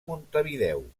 montevideo